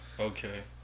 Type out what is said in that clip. Okay